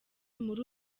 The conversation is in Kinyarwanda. muri